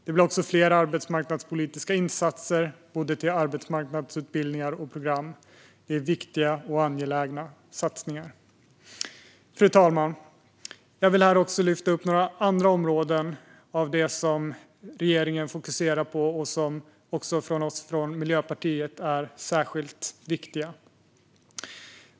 Det blir också fler arbetsmarknadspolitiska insatser till arbetsmarknadsutbildningar och program. Det är viktiga och angelägna satsningar. Fru talman! Jag vill också lyfta fram några andra områden som regeringen fokuserar på och som också vi i Miljöpartiet ser som särskilt viktiga.